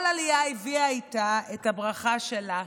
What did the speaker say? כל עלייה הביאה איתה את הברכה שלה.